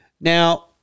Now